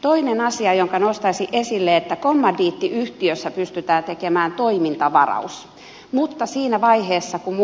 toinen asia jonka nostaisin esille on se että kommandiittiyhtiössä pystytään tekemään toimintavaraus mutta siinä vaiheessa kun